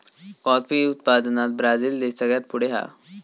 coffee उत्पादनात Brazil देश सगळ्यात पुढे हा